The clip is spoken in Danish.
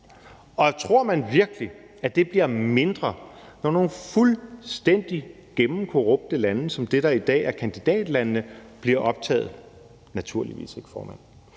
Og tror man virkelig, at det bliver mindre, når nogle fuldstændig gennemkorrupte lande som dem, der i dag er kandidatlandene, bliver optaget? Naturligvis ikke, formand.